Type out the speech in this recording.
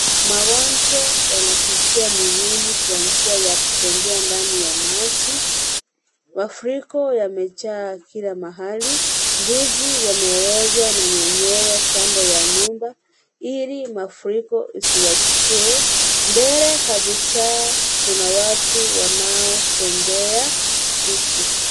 Magonjwa yanapitia miguuni wa njia ya kutembea ndani ya maji , mafuriko yamejaa kila mahali, mbuzi wamewezwa na mwenyewe kando ya nyumba ili mafuriko isiwachukue, mbele kabisa kuna watu wanaotembea huku.